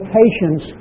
patience